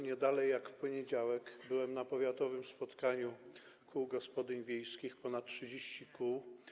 Nie dalej jak w poniedziałek byłem na powiatowym spotkaniu kół gospodyń wiejskich, ponad 30 kół.